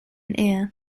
air